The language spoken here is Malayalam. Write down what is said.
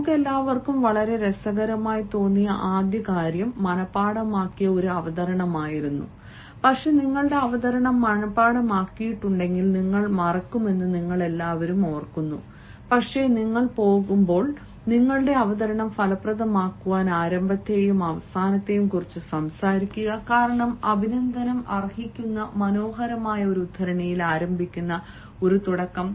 നിങ്ങൾക്കെല്ലാവർക്കും വളരെ രസകരമായി തോന്നിയ ആദ്യ കാര്യം മനപാഠമാക്കിയ ഒരു അവതരണമായിരുന്നു പക്ഷേ നിങ്ങളുടെ അവതരണം മനപാഠമാക്കിയിട്ടുണ്ടെങ്കിൽ നിങ്ങൾ മറക്കുമെന്ന് നിങ്ങൾ എല്ലാവരും ഓർക്കുന്നു പക്ഷേ നിങ്ങൾ പോകുമ്പോൾ നിങ്ങളുടെ അവതരണം ഫലപ്രദമാക്കുവാൻ ആരംഭത്തെയും അവസാനത്തെയും കുറിച്ച് സംസാരിക്കുക കാരണം അഭിനന്ദനം അർഹിക്കുന്ന മനോഹരമായ ഒരു ഉദ്ധരണിയിൽ ആരംഭിക്കുന്ന ഒരു തുടക്കം